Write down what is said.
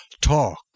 Talk